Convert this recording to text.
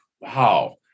wow